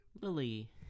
Lily